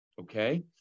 Okay